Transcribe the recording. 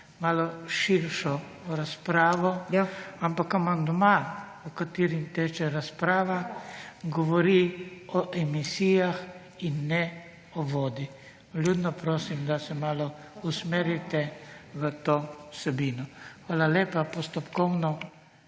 malo širšo razpravo. Ampak amandma, o katerem teče razprava, govori o emisijah in ne o vodi. Vljudno prosim, da se malo usmerite v to vsebino. Hvala lepa. Postopkovno?